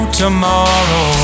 tomorrow